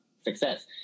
success